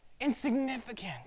insignificant